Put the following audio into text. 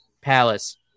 palace